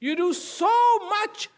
you do so much